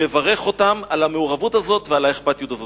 ולברך אותם על המעורבות הזאת ועל האכפתיות הזאת.